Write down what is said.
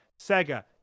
Sega